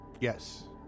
Yes